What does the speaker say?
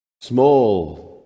small